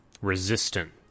resistant